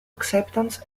acceptance